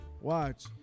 Watch